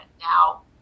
now